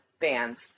bands